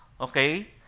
okay